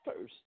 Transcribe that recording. first